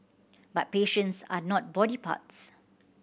but patients are not body parts